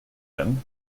him